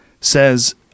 says